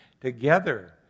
together